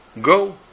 Go